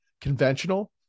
conventional